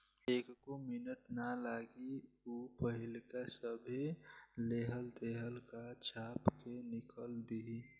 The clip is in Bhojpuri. एक्को मिनट ना लागी ऊ पाहिलका सभे लेहल देहल का छाप के निकल दिहि